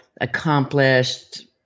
accomplished